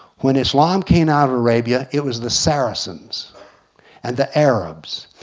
when islam came out of arabia, it was the saracens and the arabs.